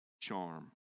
charm